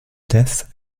death